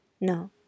No